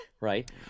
right